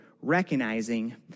recognizing